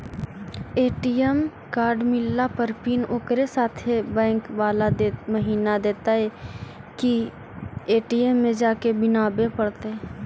ATM card मिलला पर pin ओकरे साथे बैक बाला महिना देतै कि ए.टी.एम में जाके बना बे पड़तै?